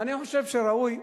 אני חושב שראוי,